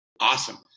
Awesome